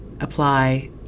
apply